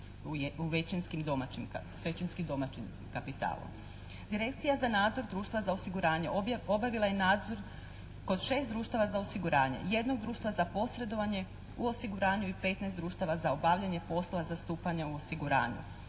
s većinskim domaćim kapitalom. Direkcija za nadzor društva za osiguranje obavila je nadzor kod 6 društava za osiguranje, jednog društva za posredovanje u osiguranju i 15 društava za obavljanje poslova zastupanja u osiguranju.